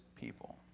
people